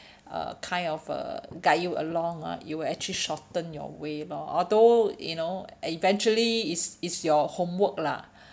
uh kind of uh guide you along ah you will actually shorten your way lor although you know eventually it's it's your homework lah